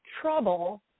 trouble